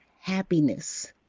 happiness